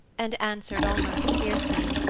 and answered, almost fiercely,